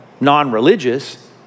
non-religious